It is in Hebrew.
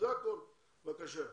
אני רוצה